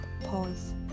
pause